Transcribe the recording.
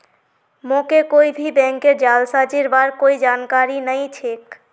मोके कोई भी बैंकेर जालसाजीर बार कोई जानकारी नइ छेक